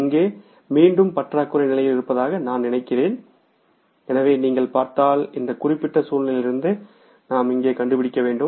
இங்கே மீண்டும் பற்றாக்குறை நிலையில் இருப்பதாக நான் நினைக்கிறேன் எனவே நீங்கள் பார்த்தால் இந்த குறிப்பிட்ட சூழ்நிலையிலிருந்து நாம் இங்கே கண்டுபிடிக்க வேண்டும்